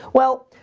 well,